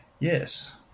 Yes